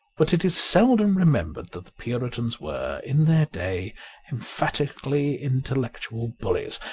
but it is seldom remembered that the puritans were in their day emphatically in tellectual bullies,